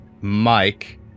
Mike